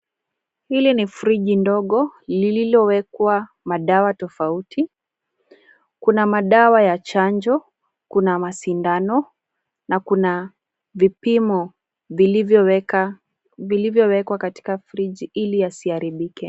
Hili ni friji ndogo lililowekwa madawa tofauti. Kuna madawa ya chanjo, kuna masindano na kuna vipimo vilivyowekwa katika friji ili yasiharibike.